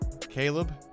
Caleb